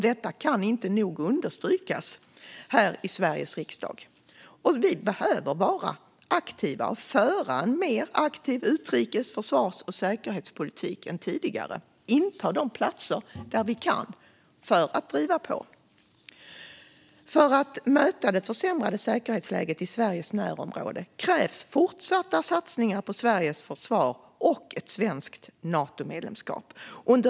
Det kan inte nog understrykas här i Sveriges riksdag. Vi behöver vara aktiva och föra en mer aktiv utrikes, försvars och säkerhetspolitik än tidigare. Vi ska inta de platser vi kan för att driva på. För att möta det försämrade säkerhetsläget i Sveriges närområde krävs fortsatta satsningar på Sveriges försvar och ett svenskt Natomedlemskap.